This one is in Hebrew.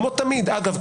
כמו תמיד אגב,